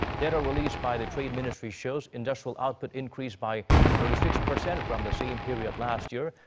data released by the trade ministry shows industrial output increased by thirty six percent from the same period last year.